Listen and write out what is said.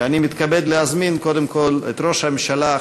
ואני מתכבד להזמין קודם כול את ראש הממשלה,